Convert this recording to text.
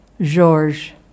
George